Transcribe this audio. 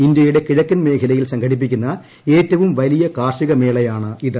ഇന്ത്യയുടെ കിഴ ക്കൻ മേഖലയിൽ സംഘടിപ്പിക്കുന്ന ഏറ്റവും വലിയ കാർഷിക മേളയാണിത്